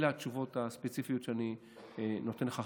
אלה התשובות הספציפיות שאני נותן לך,